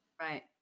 Right